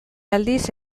aldiz